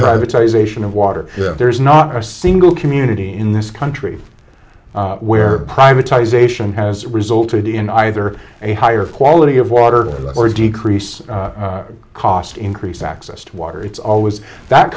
privatisation of water there's not a single community in this country where privatisation has resulted in either a higher quality of water or decrease in cost increase access to water it's always that